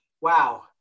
Wow